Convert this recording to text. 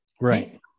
Right